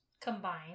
combine